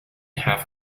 half